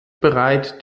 bereit